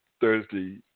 Thursday